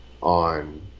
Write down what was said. on